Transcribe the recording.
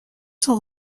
sont